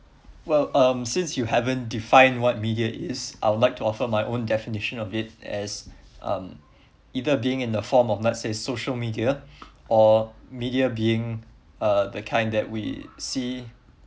well um since you haven't define what media is I would like offer my own definition of it as um either being in the form of let's say social media or media being uh the kind that we see